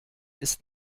ist